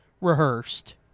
rehearsed